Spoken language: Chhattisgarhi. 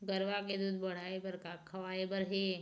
गरवा के दूध बढ़ाये बर का खवाए बर हे?